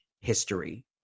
history